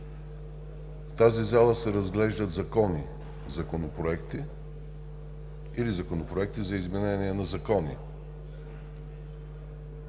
В тази зала се разглеждат закони, законопроекти или законопроекти за изменение на закони.